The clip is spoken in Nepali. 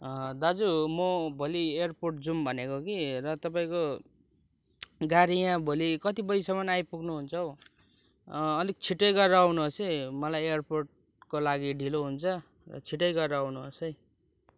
दाजु म भोलि एअरपोर्ट जाउँ भनेको कि र तपाईँको गाडी यहाँ भोलि कति बजीसम्म आइपुग्नु हुन्छ हौ अलिक छिट्टै गरेर आउनुहोस् है मलाई एअरपोर्टको लागि ढिलो हुन्छ छिट्टै गरेर आउनुहोस् है